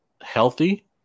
healthy